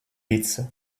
pits